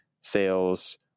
sales